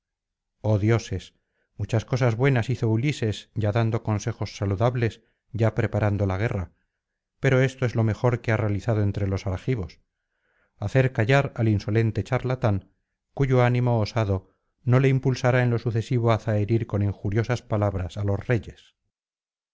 dioses muchas cosas buenas hizo ulises ya dando consejos saludables ya preparando la guerra pero esto es lo mejor que ha realizado entre los argivos hacer callar al insolente charlatán cuyo ánimo osado no le impulsará en lo sucesivo á zaherir con injuriosas palabras á los reyes los